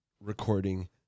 recording